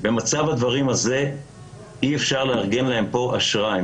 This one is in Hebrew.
במצב הדברים הזה אי אפשר לארגן להם פה אשרה,